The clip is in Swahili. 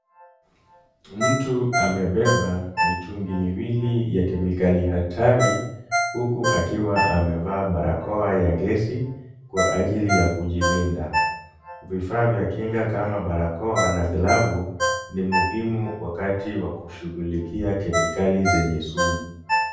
Mtu amebeba mitungi miwili ya kemikali hatari huku akiwa amevaa barakoa ya gesi kwa ajili ya kujilinda. Vifaa vya kinga kama barakoa na glavu ni muhimu wakati wa kushughulikia kemikali zenye sumu.